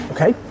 Okay